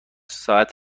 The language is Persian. ساعت